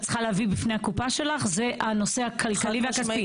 צריכה להביא בפני הקופה שלך זה הנושא הכלכלי והכספי.